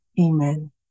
amen